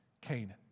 Canaan